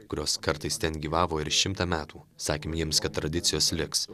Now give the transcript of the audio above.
kurios kartais ten gyvavo ir šimtą metų sakėm jiems kad tradicijos liks